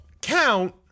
count